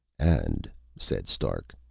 and, said stark,